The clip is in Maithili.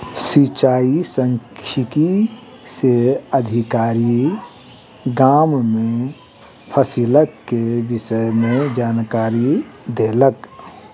सिचाई सांख्यिकी से अधिकारी, गाम में फसिलक के विषय में जानकारी देलक